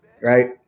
right